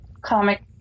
Comic